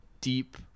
deep